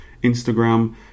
Instagram